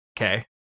okay